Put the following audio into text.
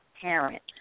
parent